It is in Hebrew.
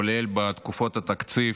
כולל בתקופות התקציב,